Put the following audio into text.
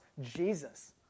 Jesus